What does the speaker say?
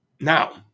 Now